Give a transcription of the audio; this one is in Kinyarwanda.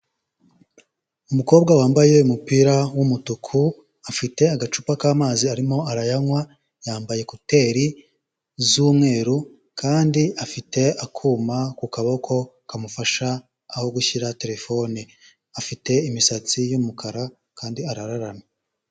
Umukobwa wambaye umupira w'umutuku, afite agacupa k'amazi arimo arayanywa, yambaye ekuteri z'umweru kandi afite akuma ku kaboko kamufasha aho gushyira terefone, afite imisatsi y'umukara kandi arararamye.